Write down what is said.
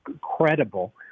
credible